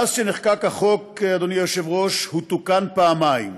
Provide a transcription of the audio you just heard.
מאז נחקק החוק, אדוני היושב-ראש, הוא תוקן פעמיים,